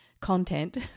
content